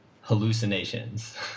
hallucinations